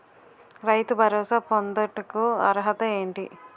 రైతు భరోసా పొందుటకు అర్హత ఏంటి?